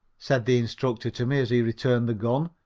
said the instructor to me, as he returned the gun.